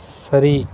சரி